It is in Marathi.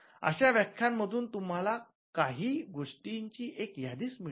अशा व्याख्यानांमधून तुम्हाला काही गोष्टींची एक यादीच मिळेल